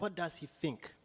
what does he think